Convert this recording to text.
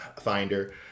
finder